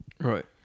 right